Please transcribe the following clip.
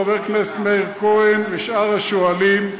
חבר הכנסת מאיר כהן ושאר השואלים.